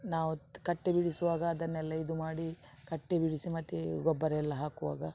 ನಾವು ಕಟ್ಟೆ ಬಿಡಿಸುವಾಗ ಅದನ್ನೆಲ್ಲ ಇದು ಮಾಡಿ ಕಟ್ಟೆ ಬಿಡಿಸಿ ಮತ್ತು ಗೊಬ್ಬರ ಎಲ್ಲ ಹಾಕುವಾಗ